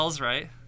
right